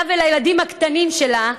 לה ולילדים הקטנים שלה,